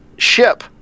ship